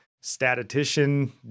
statistician